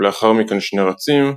לאחר מכן 2 רצים,